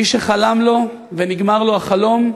מי שחלם לו ונגמר לו החלום,